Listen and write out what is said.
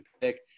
pick